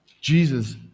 Jesus